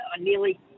nearly